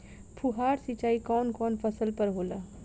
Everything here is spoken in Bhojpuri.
फुहार सिंचाई कवन कवन फ़सल पर होला?